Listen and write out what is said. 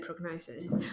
prognosis